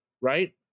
right